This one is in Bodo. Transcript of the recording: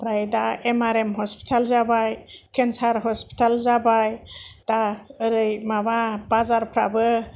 आमफाय दा एमारेम हस्पिटाल जाबाय केन्सार हस्पिटेल जाबाय दा ओरै माबा बाजारफ्राबो